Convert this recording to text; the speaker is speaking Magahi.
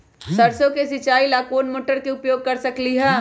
सरसों के सिचाई ला कोंन मोटर के उपयोग कर सकली ह?